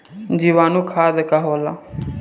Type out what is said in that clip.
जीवाणु खाद का होला?